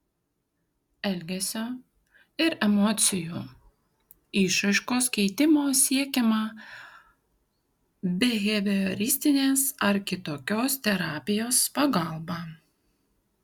elgesio ir emocijų išraiškos keitimo siekiama bihevioristinės ar kitokios terapijos pagalba